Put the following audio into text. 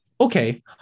okay